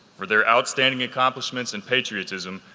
for their outstanding accomplishments and patriotism,